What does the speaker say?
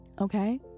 okay